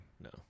No